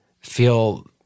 feel